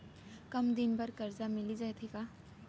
कम दिन बर करजा मिलिस जाथे का?